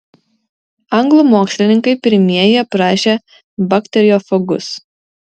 anglų mokslininkai pirmieji aprašė bakteriofagus